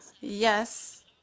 yes